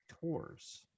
tours